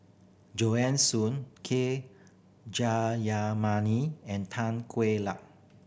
Joan Soon K Jayamani and Tan Kueh Luck